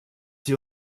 sie